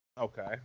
Okay